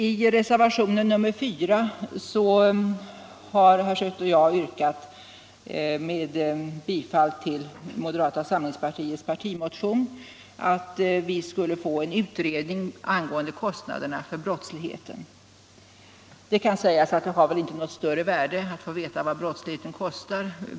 I reservationen 4 har herr Schött och jag i anslutning till moderata samlingspartiets partimotion yrkat på en utredning angående kostnaderna för brottsligheten. Det kan sägas att det inte har något större värde att få veta vad brottsligheten kostar.